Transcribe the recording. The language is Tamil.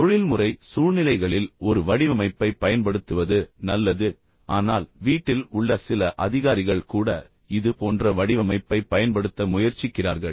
தொழில்முறை சூழ்நிலைகளில் ஒரு வடிவமைப்பைப் பயன்படுத்துவது நல்லது ஆனால் வீட்டில் உள்ள சில அதிகாரிகள் கூட இது போன்ற வடிவமைப்பைப் பயன்படுத்த முயற்சிக்கிறார்கள்